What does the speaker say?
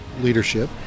leadership